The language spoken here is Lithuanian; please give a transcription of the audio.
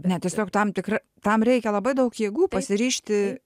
ne tiesiog tam tikra tam reikia labai daug jėgų pasiryžti